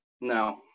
no